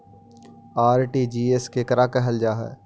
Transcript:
RTGS केकरा कहल जा है?